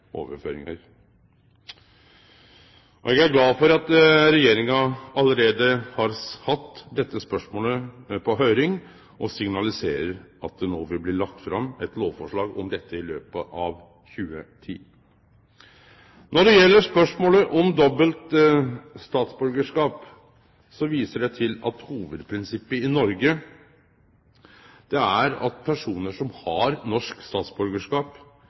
Eg er glad for at Regjeringa allereie har hatt dette spørsmålet på høyring og signaliserer at det vil bli lagt fram eit lovforslag om dette i løpet av 2010. Når det gjeld spørsmålet om dobbelt statsborgarskap, viser eg til at hovudprinsippet i Noreg er at personar som har norsk statsborgarskap,